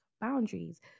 boundaries